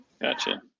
Gotcha